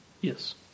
yes